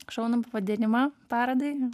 šaunų pavadinimą parodai